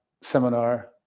seminar